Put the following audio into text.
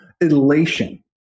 elation